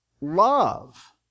love